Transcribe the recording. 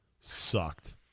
sucked